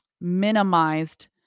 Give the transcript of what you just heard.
minimized